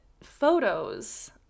photos